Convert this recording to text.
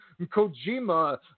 Kojima